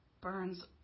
burns